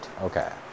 Okay